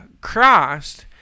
Christ